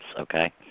Okay